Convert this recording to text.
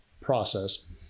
process